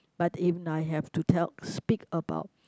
but if I have to tell speak about